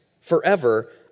forever